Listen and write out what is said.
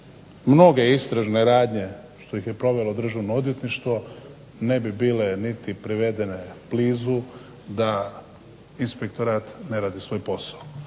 mnoge istražne radnje što ih je provelo Državno odvjetništvo ne bi bile privedene niti blizu da Inspektorat ne radi svoj posao.